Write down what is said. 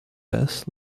best